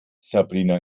sabrina